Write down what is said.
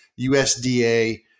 USDA